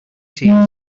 tears